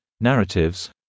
narratives